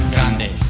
Grande